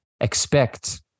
expect